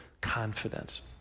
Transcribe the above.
confidence